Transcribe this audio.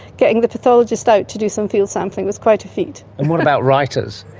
getting the pathologist out to do some field sampling was quite a feat. and what about writers?